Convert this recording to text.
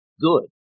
good